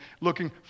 looking